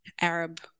Arab